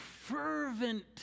fervent